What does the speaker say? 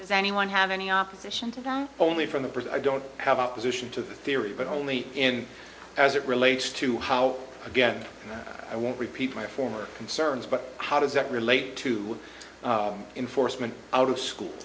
does anyone have any opposition to the only from the part i don't have opposition to the theory but only in as it relates to how again i won't repeat my former concerns but how does that relate to enforcement out of school